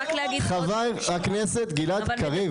חבר הכנסת גלעד קריב.